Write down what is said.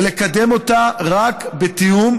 ולקדם אותה רק בתיאום,